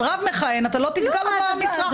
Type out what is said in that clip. אבל רב מכהן, לא תפגע בו במשרה.